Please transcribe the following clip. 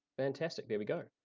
fantastic, there we go.